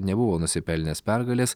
nebuvo nusipelnęs pergalės